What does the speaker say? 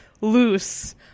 loose